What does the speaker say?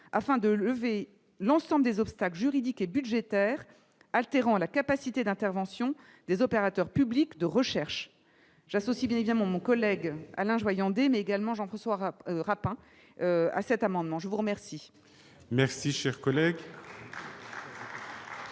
afin de lever l'ensemble des obstacles juridiques et budgétaires altérant la capacité d'intervention des opérateurs publics de recherche j'associe bien évidemment mon collègue Alain Joyandet mais également Jean-François Rhein à cet amendement, je vous remercie. Merci, cher collègue. Quel est